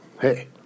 hey